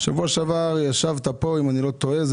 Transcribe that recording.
בשבוע שעבר ישבת פה והתגאית.